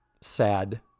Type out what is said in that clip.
sad